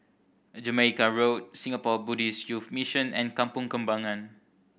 Jamaica Road Singapore Buddhist Youth Mission and Kampong Kembangan